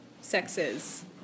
sexes